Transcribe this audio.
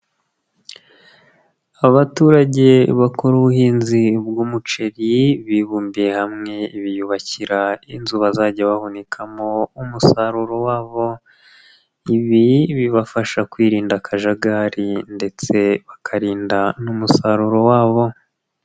Abaturage bakora ubuhinzi bw'umuceri bibumbiye hamwe biyubakira inzu bazajya bahunikamo umusaruro wabo, ibi bibafasha kwirinda akajagari ndetse bakarinda n'umusaruro wabo.